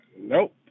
Nope